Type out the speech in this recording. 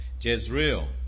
Jezreel